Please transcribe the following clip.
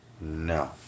no